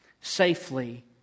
safely